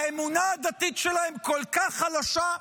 האמונה הדתית שלהם כל כך חלשה?